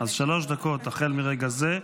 שלוש דקות לרשותך החל מרגע זה.